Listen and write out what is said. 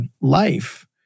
life